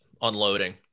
unloading